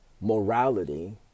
morality